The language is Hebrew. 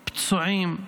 פצועים,